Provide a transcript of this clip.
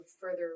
further